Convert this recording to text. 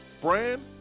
Brand